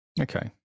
Okay